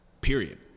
period